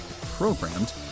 programmed